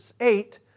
eight